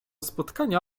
spotkania